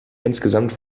insgesamt